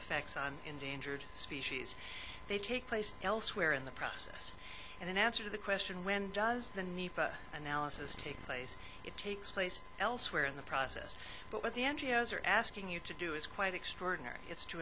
effects on endangered species they take place elsewhere in the process and then answer the question when does the new analysis take place it takes place elsewhere in the process but what the n g o s are asking you to do is quite extraordinary it's to